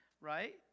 Right